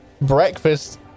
breakfast